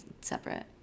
separate